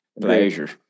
Pleasure